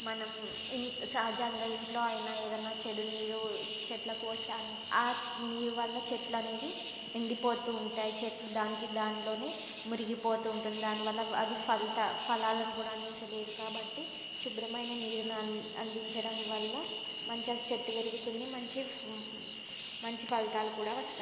మనం ఇన్ సహజంగా ఇంట్లో అయినా ఏదన్నా చెడు నీరు చెట్టులో పోస్తే ఆ నీరు వలన చెట్లనేవి ఎండిపోతూ ఉంటాయి చెట్లు దానికి దానిలోని మురిగిపోతూ ఉంటుంది దానివల్ల అది ఫలిత ఫలాలను కూడా అందించలేదు కాబట్టి శుభ్రమైన నీరును అందించడం వల్ల మంచిగా చెట్టు ఎదుగుతుంది మంచి మంచి ఫలితాలు కూడా వస్తాయి